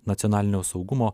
nacionalinio saugumo